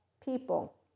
people